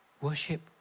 Worship